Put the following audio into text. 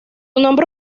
nombre